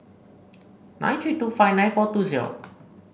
nine tree two five nine four two zero